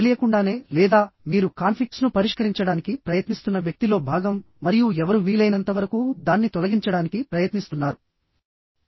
తెలియకుండానే లేదా మీరు కాన్ఫ్లిక్ట్స్ను పరిష్కరించడానికి ప్రయత్నిస్తున్న వ్యక్తిలో భాగం మరియు ఎవరు వీలైనంత వరకు దాన్ని తొలగించడానికి ప్రయత్నిస్తున్నారు